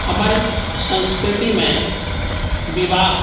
हमर संस्कृतिमे विवाह